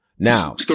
Now